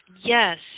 Yes